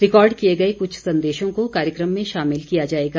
record किए गए कुछ संदेशों को कार्यक्रम में शामिल किया जाएगा